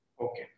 Okay